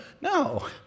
No